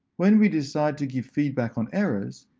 when we decide to give feedback on errors,